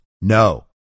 No